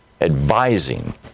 advising